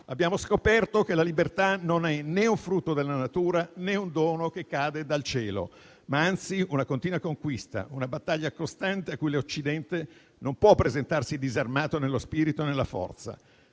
Abbiamo scoperto che la libertà non è né un frutto della natura, né un dono che cade dal cielo, ma anzi una continua conquista, una battaglia costante a cui l'Occidente non può presentarsi disarmato nello spirito e nella forza.